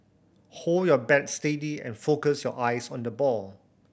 hold your bat steady and focus your eyes on the ball